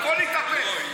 הכול התהפך.